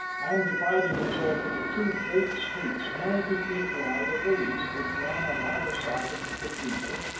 and divided itself into two great streets, ninety feet wide at the least, which ran on either side of the cathedral,